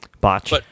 botch